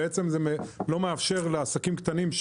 זה בעצם לא מאפשר לעסקים קטנים,